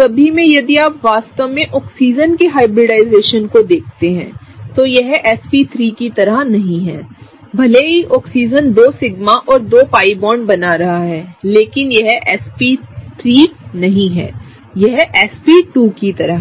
सभी में यदि आप वास्तव में ऑक्सीजन के हाइब्रिडाइजेशन को देखते हैं तो यहsp3 कीतरहनहीं हैभले ही ऑक्सीजन दो सिग्मा और दो पाई बॉन्ड बना रहा है लेकिनयहsp3 कीतरहनहीं sp2 कीतरह है